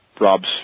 Rob's